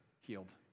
healed